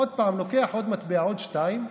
עוד פעם, לוקח עוד מטבע, עוד שתיים,